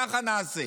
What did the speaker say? ככה נעשה.